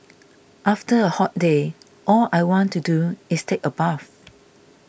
after a hot day all I want to do is take a bath